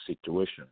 situation